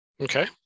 okay